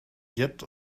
yet